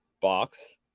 box